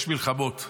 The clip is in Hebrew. יש מלחמות,